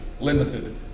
Limited